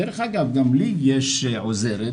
דרך אגב, גם לי יש עוזרת